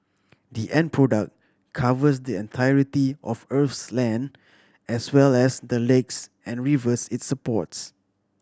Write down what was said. the end product covers the entirety of Earth's land as well as the lakes and rivers it's supports